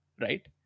right